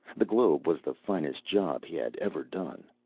the globe was the finest job he had ever done.